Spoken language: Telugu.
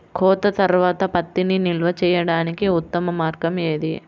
కోత తర్వాత పత్తిని నిల్వ చేయడానికి ఉత్తమ మార్గం ఏది?